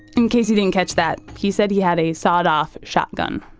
in case you didn't catch that, he said he had a sawed-off shotgun